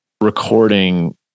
recording